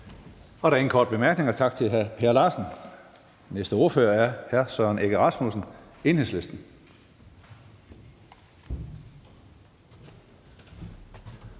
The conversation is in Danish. Der er ingen korte bemærkninger. Tak til hr. Per Larsen. Næste ordfører er hr. Søren Egge Rasmussen, Enhedslisten.